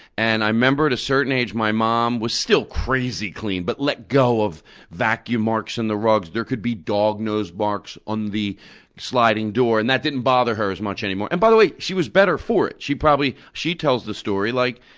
and i remember at a certain age my mom was still crazy clean, but let go of vacuum marks in the rugs. there could be dog-nose marks on the sliding door, and that didn't bother her as much anymore. and, by the way, she was better for it. she tells the story like,